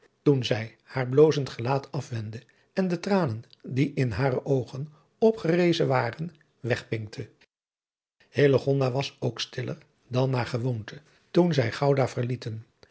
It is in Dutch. toen zij haar blozend gelaat afwendende tranen die in hare oogen opgerezen waren wegpinkte hillegonda was ook stiller dan naar gewoonte toen zij gouda verlieten